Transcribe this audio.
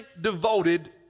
devoted